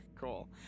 Cool